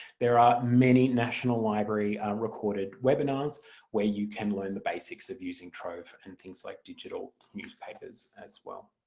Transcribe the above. there are many national library recorded webinars where you can learn the basics of using trove and things like digital newspapers as well.